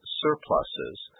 surpluses